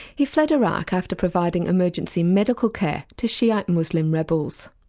he fled iraq after providing emergency medical care to shiite muslim rebels.